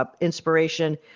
inspiration